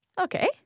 Okay